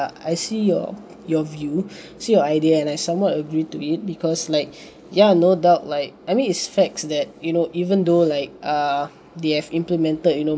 I see your your view see your idea and I somewhat agree to it because like ya no doubt like I mean it's facts that you know even though like uh they have implemented you know